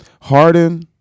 Harden